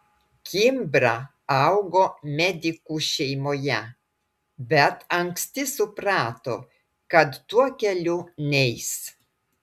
kimbra augo medikų šeimoje bet anksti suprato kad tuo keliu neis